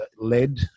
led